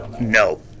No